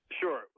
Sure